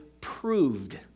proved